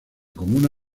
comuna